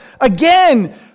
Again